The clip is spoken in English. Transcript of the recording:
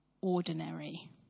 ordinary